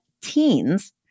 teens